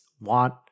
want